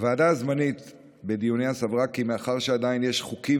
הוועדה הזמנית סברה בדיוניה כי מאחר שעדיין יש חוקים